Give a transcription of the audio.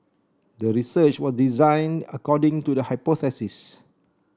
the research was designed according to the hypothesis